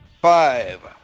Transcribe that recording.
Five